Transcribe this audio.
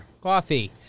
Coffee